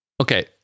Okay